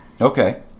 okay